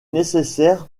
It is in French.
nécessaire